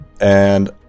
and-